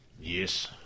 Yes